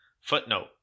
Footnote